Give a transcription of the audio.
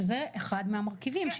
שזה אחד מהמרכיבים,